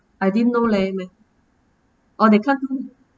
I didn't know leh oh they can't